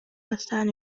бастаан